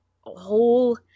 whole